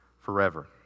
forever